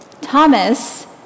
Thomas